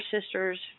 sister's